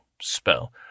Spell